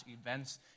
events